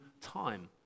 time